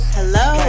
Hello